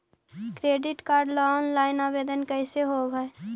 Credit card ल online आवेदन कैसे होब है?